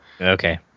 Okay